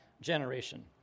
generation